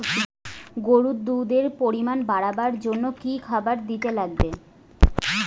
গরুর দুধ এর পরিমাণ বারেবার তানে কি খাবার দিবার লাগবে?